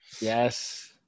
Yes